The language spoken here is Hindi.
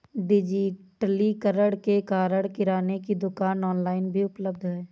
डिजिटलीकरण के कारण किराने की दुकानें ऑनलाइन भी उपलब्ध है